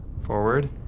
forward